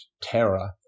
terror